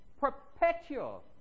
Perpetual